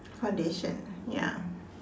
foundation ya